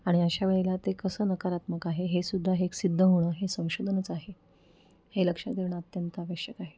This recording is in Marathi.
आणि अशा वेळेला ते कसं नकारात्मक आहे हेसुद्धा हे एक सिद्ध होणं हे संशोधनच आहे हे लक्षात घेणं अत्यंत आवश्यक आहे